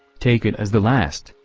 take it as the last,